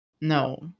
No